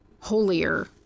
holier